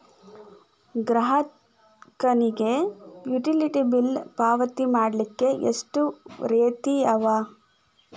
ಗ್ರಾಹಕರಿಗೆ utility bill ಪಾವತಿ ಮಾಡ್ಲಿಕ್ಕೆ ಎಷ್ಟ ರೇತಿ ಅವ?